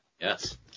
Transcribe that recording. Yes